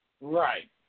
Right